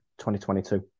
2022